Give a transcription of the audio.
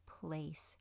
place